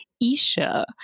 Isha